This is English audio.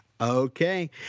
Okay